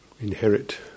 inherit